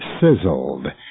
sizzled